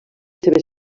seves